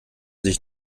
sich